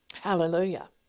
Hallelujah